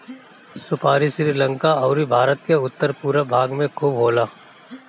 सुपारी श्रीलंका अउरी भारत के उत्तर पूरब भाग में खूब होला